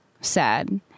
sad